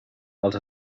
els